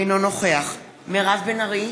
אינו נוכח מירב בן ארי,